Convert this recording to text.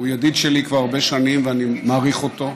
הוא ידיד שלי כבר הרבה שנים ואני מעריך אותו,